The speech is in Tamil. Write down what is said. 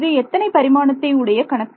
இது எத்தனை பரிமாணத்தை உடைய கணக்கு